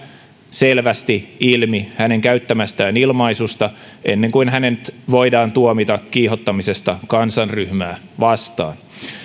selvästi ilmi hänen käyttämästään ilmaisusta ennen kuin hänet voidaan tuomita kiihottamisesta kansanryhmää vastaan